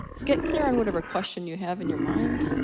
get clear on whatever question you have in your mind.